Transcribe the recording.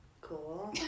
cool